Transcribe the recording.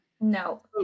No